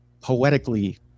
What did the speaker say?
poetically